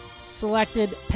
selected